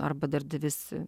arba darbdavys